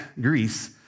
Greece